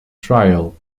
trial